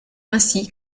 ainsi